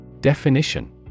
Definition